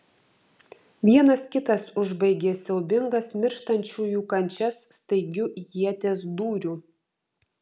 vienas kitas užbaigė siaubingas mirštančiųjų kančias staigiu ieties dūriu